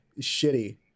shitty